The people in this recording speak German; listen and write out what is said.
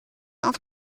auf